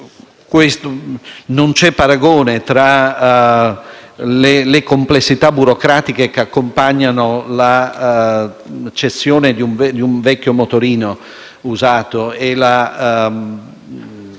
Non c'è paragone tra le complessità burocratiche che accompagnano la cessione di un vecchio motorino usato e la